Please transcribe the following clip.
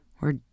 We're